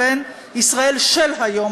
בין ישראל של היום,